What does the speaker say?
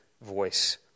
voice